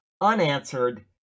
unanswered